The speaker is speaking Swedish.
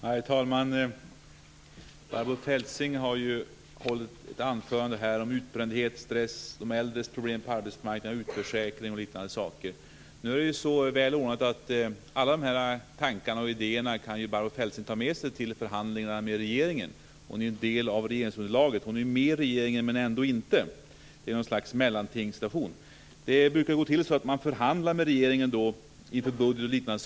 Herr talman! Barbro Feltzing har här hållit ett anförande om utbrändhet, om stress, om de äldres problem på arbetsmarknaden, om utförsäkring etc. Men det är ju så väl ordnat att alla sådana tankar och idéer kan Barbro Feltzing ta med sig till förhandlingarna med regeringen. Hon är ju en del av regeringsunderlaget - hon är med i regeringen men ändå inte; situationen är ett slags mellanting. Det brukar ju gå till så att man förhandlar med regeringen inför budgeten och liknande.